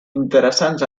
interessants